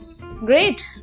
Great